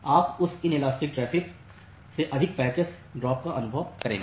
आप उस इन इलास्टिक ट्रैफ़िक से अधिक पैकेट्स ड्रॉप का अनुभव करेंगे